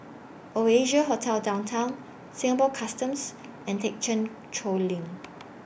Oasia Hotel Downtown Singapore Customs and Thekchen Choling